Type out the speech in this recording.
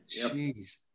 Jeez